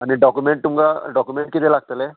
आनी डॉक्युमेंट तुमकां डॉक्युमेंट किदें लागतलें